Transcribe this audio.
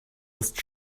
ist